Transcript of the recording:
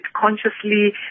consciously